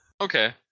okay